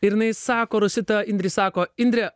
ir jinai sako rosita indrei sako indre